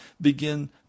begin